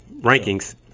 rankings